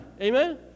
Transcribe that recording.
Amen